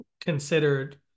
considered